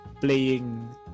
playing